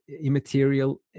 immaterial